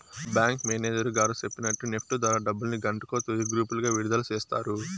bank manager గారు సెప్పినట్టు NEFT ద్వారా డబ్బుల్ని గంటకో తూరి గ్రూపులుగా విడదల సేస్తారు